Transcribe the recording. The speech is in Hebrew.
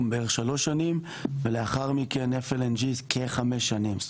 בערך שלוש שנים ולאחר מכן FLNG כחמש שנים.